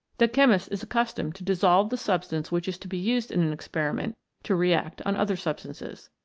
the chemist is accustomed to dissolve the substance which is to be used in an experiment to react on other substances.